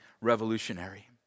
revolutionary